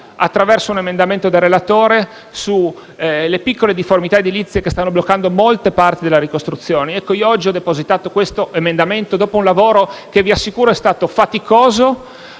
attraverso un emendamento del relatore, sulle piccole difformità edilizie che stanno bloccando molte parti della ricostruzione. Oggi ho depositato questo emendamento dopo un lavoro che - ve lo assicuro - è stato faticoso,